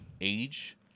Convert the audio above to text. age